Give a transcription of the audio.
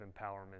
empowerment